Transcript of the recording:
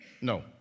No